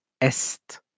est